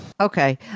Okay